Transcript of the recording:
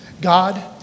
God